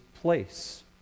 place